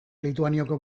lituaniako